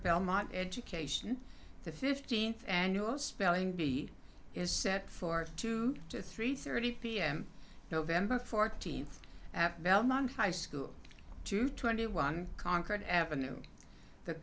belmont education the fifteenth annual spelling bee is set for two to three thirty pm nov fourteenth at belmont high school two twenty one concord ave the